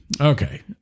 okay